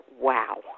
wow